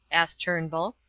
asked turnbull.